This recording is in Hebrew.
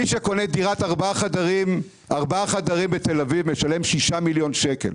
מי שקונה דירת ארבעה חדרים בתל-אביב משלם 6 מיליון שקל.